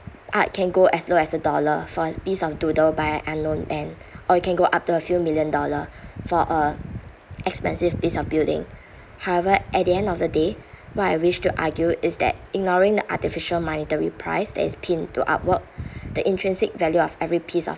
art can go as low as a dollar for a piece of doodle by an unknown and or you can go up to a few million dollar for a expensive piece of building however at the end of the day what I wish to argue is that ignoring the artificial monetary price that is pinned to artwork the intrinsic value of every piece of